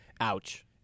Ouch